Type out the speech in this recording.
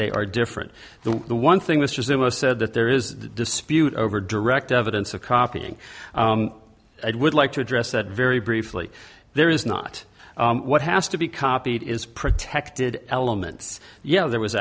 they are different than the one thing mr zuma said that there is a dispute over direct evidence of copying it would like to address that very briefly there is not what has to be copied is protected elements yeah there was